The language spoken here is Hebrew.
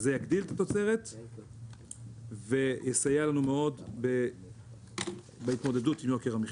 זה יגדיל את התוצרת ויסייע לנו מאוד בהתמודדות עם יוקר המחיה.